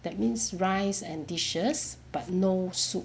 that means rice and dishes but no soup